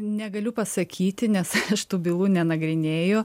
negaliu pasakyti nes aš tų bylų nenagrinėju